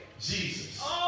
Jesus